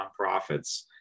nonprofits